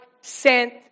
sent